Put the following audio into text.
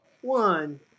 One